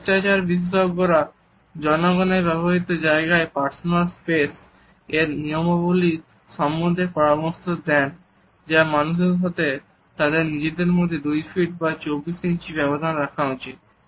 শিষ্টাচার বিশেষজ্ঞরা জনগণের ব্যবহৃত জায়গায় পার্সোনাল স্পেস এর নিয়মগুলির সম্বন্ধে পরামর্শ দেন যে মানুষের তাদের নিজেদের মধ্যে দুই ফিট বা 24 ইঞ্চি ব্যবধান রাখা উচিত